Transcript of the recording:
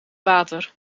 water